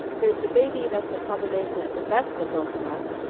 there's the baby that's the combination of the best of both of us.